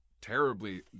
terribly